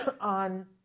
on